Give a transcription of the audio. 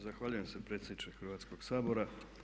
Zahvaljujem se predsjedniče Hrvatskog sabora.